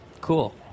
Cool